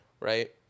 right